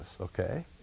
Okay